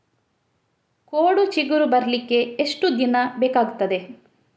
ಕೋಡು ಚಿಗುರು ಬರ್ಲಿಕ್ಕೆ ಎಷ್ಟು ದಿನ ಬೇಕಗ್ತಾದೆ?